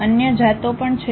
અન્ય જાતો પણ છે